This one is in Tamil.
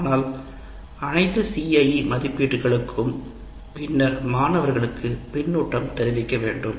அதனால் அனைத்து CIE மதிப்பீடுகளுக்கும் பின்னர் மாணவர்களுக்கு கருத்து தெரிவிக்க வேண்டும்